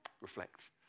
Reflect